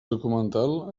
documental